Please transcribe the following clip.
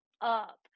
up